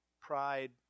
pride